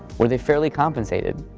were they fairly compensated?